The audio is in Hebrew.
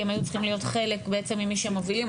כי הם היו צריכים להיות חלק בעצם ממי שמובילים,